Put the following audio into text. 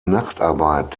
nachtarbeit